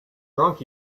drunk